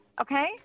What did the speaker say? Okay